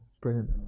Brilliant